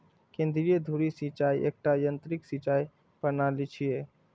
केंद्रीय धुरी सिंचाइ एकटा यंत्रीकृत सिंचाइ प्रणाली छियै